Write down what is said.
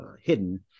hidden